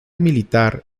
militar